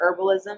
herbalism